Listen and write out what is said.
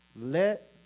Let